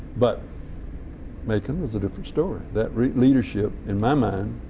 but macon is a different story. that leadership in my mind